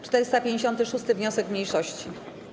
456. wniosek mniejszości.